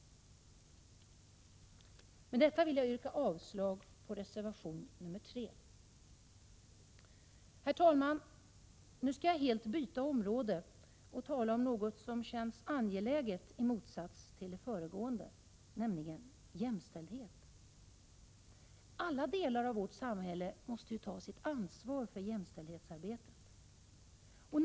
Med detta vill jag yrka avslag på reservation 3. Herr talman! Nu skall jag helt byta område och tala om något som känns angeläget i motsats till det föregående, nämligen jämställdhet. Alla delar av vårt samhälle måste ta sitt ansvar för jämställdhetsarbetet.